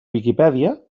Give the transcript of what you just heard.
viquipèdia